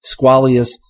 Squalius